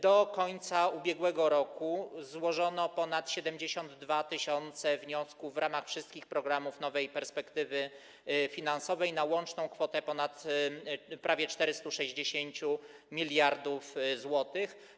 Do końca ubiegłego roku złożono ponad 72 tys. wniosków w ramach wszystkich programów nowej perspektywy finansowej na łączną kwotę prawie 460 mld zł.